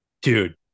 Dude